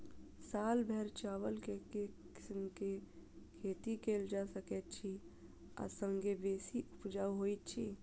साल भैर चावल केँ के किसिम केँ खेती कैल जाय सकैत अछि आ संगे बेसी उपजाउ होइत अछि?